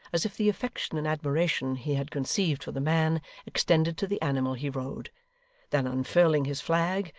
as if the affection and admiration he had conceived for the man extended to the animal he rode then unfurling his flag,